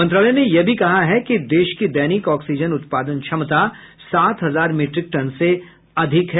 मंत्रालय ने यह भी कहा है कि देश की दैनिक ऑक्सीजन उत्पादन क्षमता सात हजार मीट्रिक टन से अधिक है